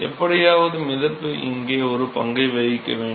எப்படியாவது மிதப்பு இங்கே ஒரு பங்கை வகிக்க வேண்டும்